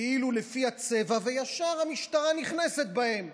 כאילו לפי הצבע, וישר המשטרה נכנסת בהם.